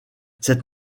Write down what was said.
cette